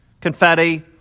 confetti